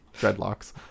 dreadlocks